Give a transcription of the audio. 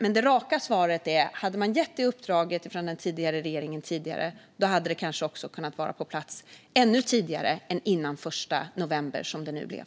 Men det raka svaret är: Hade man gett det uppdraget från den tidigare regeringen hade detta kanske kunnat vara på plats ännu tidigare än den 1 november, som det nu blev.